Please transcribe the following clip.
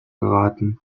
geraten